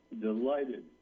delighted